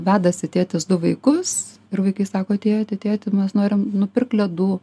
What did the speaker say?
vedasi tėtis du vaikus ir vaikai sako tėti tėti mes norim nupirk ledų